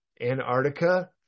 Antarctica